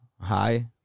hi